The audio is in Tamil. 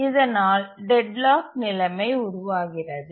இதனால் டெட்லாக் நிலைமை உருவாகிறது